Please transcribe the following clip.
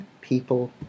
people